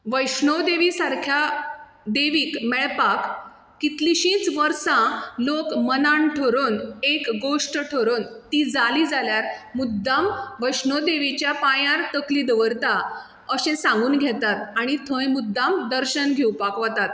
वैष्णव देवी सारख्या देवीक मेळपाक कितलींशींच वर्सां लोक मनांत ठरोवन एक गोश्ट ठरोवन ती जाली जाल्यार मुद्दाम वैष्णव देवीच्या पांयार तकली दवरता अशें सांगून घेतात आणी थंय मुद्दाम दर्शन घेवपाक वतात